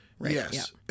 yes